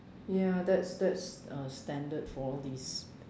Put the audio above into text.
ya that's that's a standard for all these